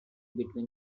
between